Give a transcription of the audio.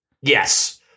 Yes